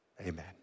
Amen